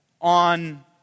on